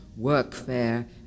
workfare